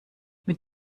mit